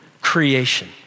creation